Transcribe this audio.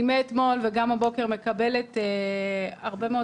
אני מאתמול וגם הבוקר מקבלת הרבה מאוד